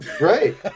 right